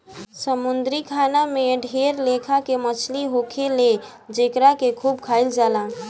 समुंद्री खाना में ढेर लेखा के मछली होखेले जेकरा के खूब खाइल जाला